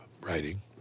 writing